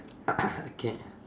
K